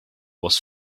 was